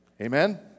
amen